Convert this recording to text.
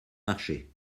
marché